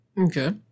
Okay